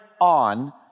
on